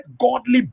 godly